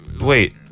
Wait